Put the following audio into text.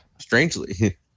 Strangely